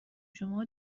شماها